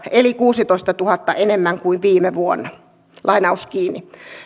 eli kuudentoistatuhannen enemmän kuin viime vuonna